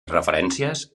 referències